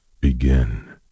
begin